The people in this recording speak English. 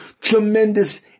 tremendous